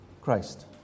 Christ